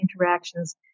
interactions